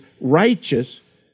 righteous